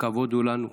הכבוד הוא לנו.